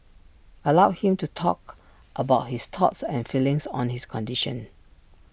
allow him to talk about his thoughts and feelings on his condition